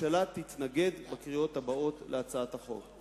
הממשלה תתנגד להצעת החוק בקריאות הבאות.